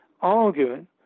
arguing